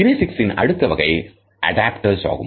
கினேசிக்ஸ்ன் அடுத்த வகை அடாப்டர்ஸ் ஆகும்